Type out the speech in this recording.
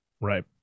Right